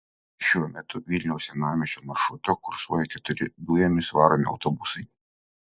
šiuo metu vilniaus senamiesčio maršrutu kursuoja keturi dujomis varomi autobusai